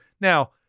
now